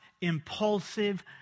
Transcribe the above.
impulsive